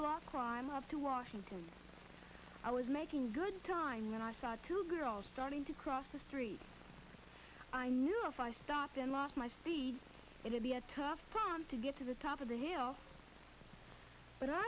black crime up to washington i was making good time and i saw two girls starting to cross the street i knew if i stopped and lost my speed it would be a tough to get to the top of the hill but i